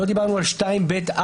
לא דיברנו על 2ב(4),